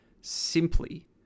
simply